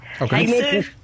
Okay